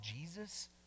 Jesus